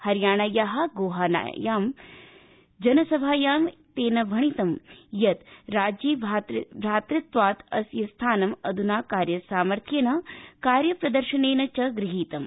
हरियाणाया गोहानायामेकस्यां जनसभायां तेन भणितं यत् राज्ये भ्रातृत्वादस्य स्थानम् अध्ना कार्यसामर्थ्येन कार्य प्रदर्शनिन च गृहीतम्